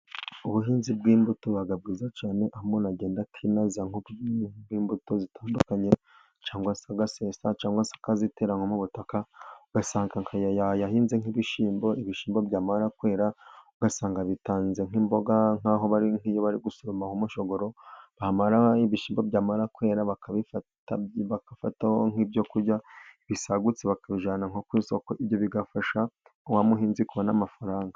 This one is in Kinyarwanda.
Ubuhinzi bw'imbuto buba bwiza cyane, aho umuntu agenda akinaza nk'imbuto zitandukanye, cyangwa se agasesa cyangwa se akazitera nko mu butaka, ugasanga yahinze nk'ibishyimbo ibishyimbo byamara kwera, ugasanga bitanze nk'imboga nk'iyo bari gusoroma nk'umushogoro, ibishyimbo byamara kwera bakabifata bagafataho nk'ibyokurya, ibisagutse bakabijyana nko ku isoko, ibyo bigafasha wa muhinzi kubona amafaranga.